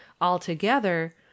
Altogether